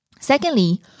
Secondly